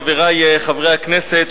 חברי חברי הכנסת,